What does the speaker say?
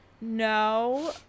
No